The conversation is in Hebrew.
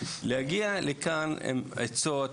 להגיע לכאן עם עצות,